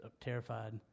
terrified